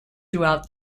throughout